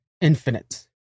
infinite